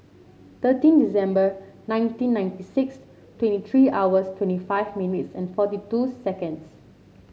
thirteen December nineteen ninety six twenty three hours twenty five minutes and forty two seconds